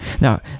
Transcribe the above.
Now